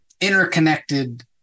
interconnected